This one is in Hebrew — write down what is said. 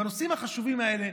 בנושאים החשובים האלה,